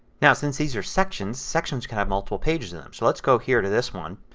now since these are sections, sections can have multiple pages in them. so let's go here to this one,